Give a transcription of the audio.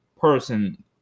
person